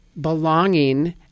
belonging